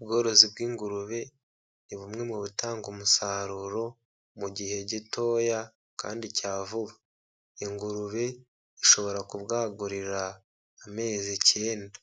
Ubworozi bw'ingurube ni bumwe mu bitanga umusaruro mu gihe gitoya kandi cya vuba. Ingurube ishobora kubwagurira amezi icyenda,